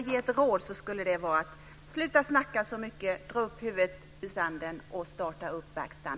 Mitt råd är följande: Sluta snacka så mycket. Dra upp huvudet ur sanden och starta verksamheten.